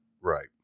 Right